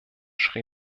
sri